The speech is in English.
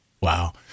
Wow